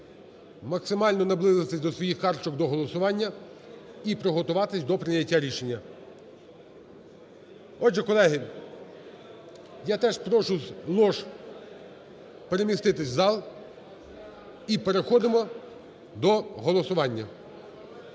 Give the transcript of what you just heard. максимально наблизитись до своїх карточок до голосування і приготуватись до прийняття рішення. Отже, колеги, я теж прошу ложу переміститись в зал, і переходимо до голосування.